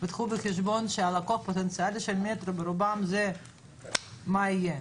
קחו בחשבון שהלקוח הפוטנציאלי של המטרו ברובו זה --- מה יהיה.